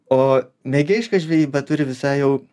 o mėgėjiška žvejyba turi visai jau